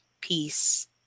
Peace